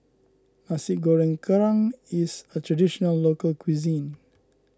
Nasi Goreng Kerang is a Traditional Local Cuisine